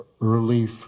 early